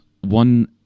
One